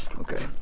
okay.